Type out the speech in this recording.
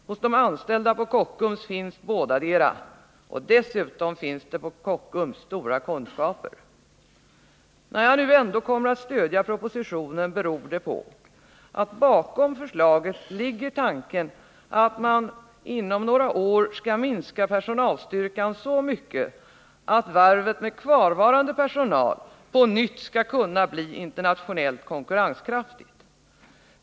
Hos de anställda på Kockums finns bådadera, och dessutom finns det på Kockums stora kunskaper på området. När jag nu ändå kommer att stödja propositionen beror det på att bakom propositionens förslag ligger tanken att man inom några år skall minska personalstyrkan så mycket att varvet med kvarvarande personal på nytt skall kunna bli internationellt konkurrenskraftigt.